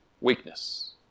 weakness